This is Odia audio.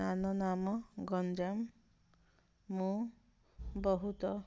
ନାମ ଗଞ୍ଜାମ ମୁଁ ବହୁତ